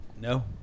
No